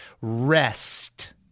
Rest